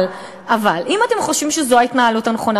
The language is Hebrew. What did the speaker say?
אבל אם אתם חושבים שזו ההתנהלות הנכונה,